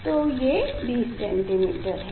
तो ये 20cm है